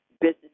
business